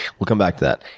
we'll come back to that.